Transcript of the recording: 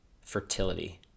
Fertility